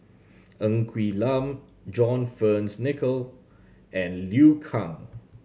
Ng Quee Lam John Fearns Nicoll and Liu Kang